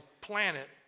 planet